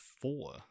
four